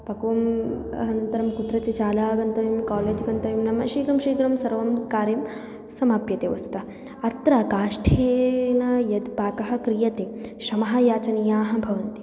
पक्वम् अनन्तरं कुत्रचित् शाला गन्तव्यं कालेज् गन्तव्यं नाम शीघ्रं शीघ्रं सर्वं कार्यं समाप्यते वस्तुतः अत्र काष्ठेन यत् पाकं क्रियते श्रमः याचनीयः भवति